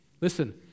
Listen